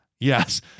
Yes